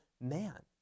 man